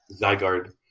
Zygarde